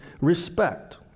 respect